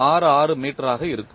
8066 metre ஆக இருக்கும்